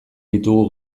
ditugu